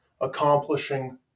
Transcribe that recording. accomplishing